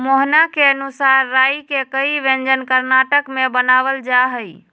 मोहना के अनुसार राई के कई व्यंजन कर्नाटक में बनावल जाहई